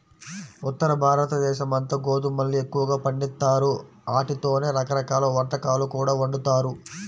ఉత్తరభారతదేశమంతా గోధుమల్ని ఎక్కువగా పండిత్తారు, ఆటితోనే రకరకాల వంటకాలు కూడా వండుతారు